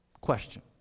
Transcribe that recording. question